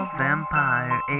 vampire